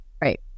Right